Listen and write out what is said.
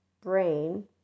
brain